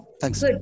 Thanks